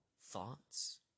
thoughts